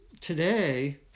today